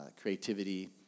creativity